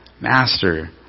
Master